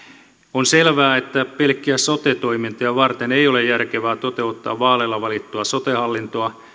on selvää että pelkkiä sote toimintoja varten ei ole järkevää toteuttaa vaaleilla valittua sote hallintoa